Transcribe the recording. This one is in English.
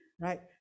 right